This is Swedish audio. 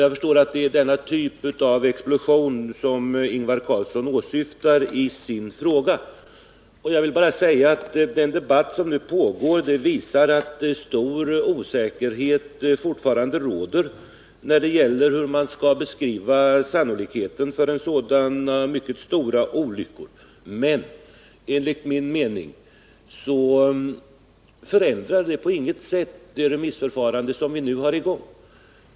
Jag förstår att det är denna typ av explosion som Ingvar Carlsson åsyftar i sin fråga. Den debatt som nu pågår visar att stor osäkerhet fortfarande råder när det gäller hur man skall beskriva sannolikheten för sådana mycket stora olyckor. Men enligt min mening förändrar det inte på något sätt det remissförfarande som nu är i gång.